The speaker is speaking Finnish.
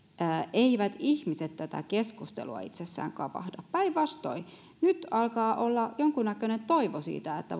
eivät ihmiset tätä keskustelua itsessään kavahda päinvastoin nyt alkaa olla jonkunnäköinen toivo siitä että